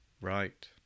right